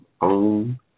own